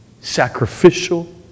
sacrificial